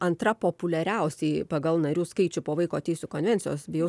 antra populiariausioji pagal narių skaičių po vaiko teisių konvencijos bijau